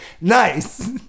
Nice